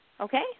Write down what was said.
Okay